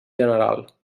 general